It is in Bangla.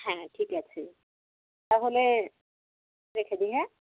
হ্যাঁ ঠিক আছে তাহলে রেখে দিই হ্যাঁ